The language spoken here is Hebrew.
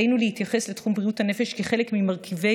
עלינו להתייחס לתחום בריאות הנפש כחלק ממרכיבי